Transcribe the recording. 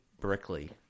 Brickley